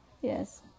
Yes